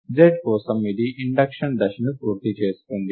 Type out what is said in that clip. z కోసం ఇది induction దశను పూర్తి చేస్తుంది